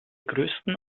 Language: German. größten